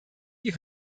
die